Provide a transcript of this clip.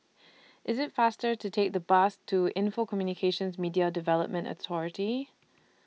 IT IS faster to Take The Bus to Info Communications Media Development Authority